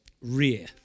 rear